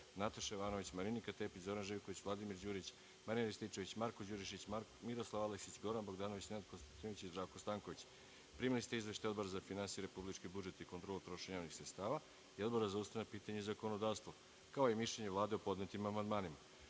Nataša Jovanović, Marinika Tepić, Zoran Živković, Vladimir Đurić, Marijan Rističević, Marko Đurišić, Miroslav Aleksić, Goran Bogdanović, Nenad Konstantinović i Zdravko Stanković. Primili ste izveštaje Odbora za finansije, republički budžet i kontrolu trošenja javnih sredstava i Odbora za ustavna pitanja i zakonodavstvo, kao i mišljenje Vlade o podnetim amandmanima. Pošto